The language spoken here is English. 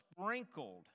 sprinkled